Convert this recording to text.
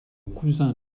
cousin